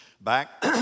back